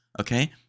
Okay